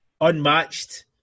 unmatched